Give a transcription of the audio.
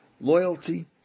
loyalty